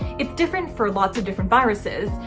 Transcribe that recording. it's different for lots of different viruses,